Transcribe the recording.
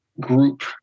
group